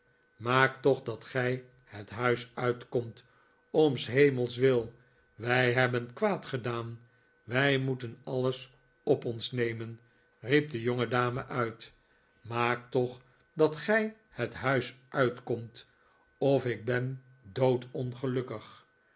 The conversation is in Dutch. maakt toch dat gij het huis uitkomt om s hemels wil wij hebben kwaad gedaan wij moeten alles op ons nemen riep de jongedame uit maakt toch dat gij het huis uitkomt of ik ben